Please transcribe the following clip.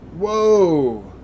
Whoa